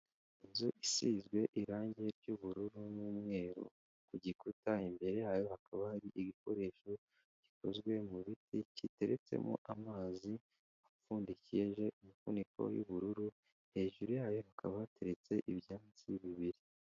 Inzu isizwe irangi ry'ubururu, n'umweru, ku gikuta imbere yayo hakaba hari igikoresho gikozwe mu biti giteretsemo amazi apfundikije umufuniko w'ubururu, hejuru yayo hakaba hateretse ibyatsi bibiri.